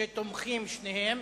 שתומכים שניהם.